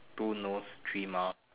two nose three mouth